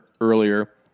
Earlier